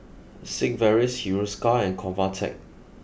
Sigvaris Hiruscar and Convatec